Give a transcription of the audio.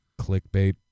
Clickbait